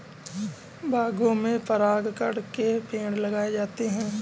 बागों में परागकण के पेड़ लगाए जाते हैं